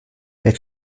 elle